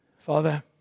Father